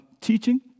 teaching